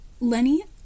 Lenny